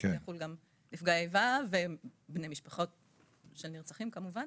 זה יחול גם על נפגע איבה ובני משפחות של נרצחים כמובן